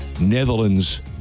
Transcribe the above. Netherlands